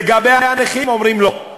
לגבי הנכים אומרים: לא,